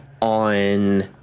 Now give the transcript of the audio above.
on